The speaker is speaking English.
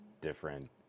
different